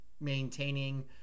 maintaining